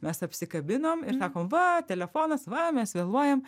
mes apsikabinom ir sakom va telefonas va mes vėluojam